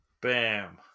Bam